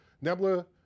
nebula